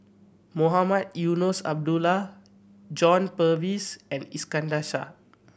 Mohamed Eunos Abdullah John Purvis and Iskandar Shah